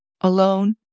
alone